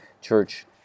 church